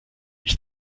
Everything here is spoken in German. ich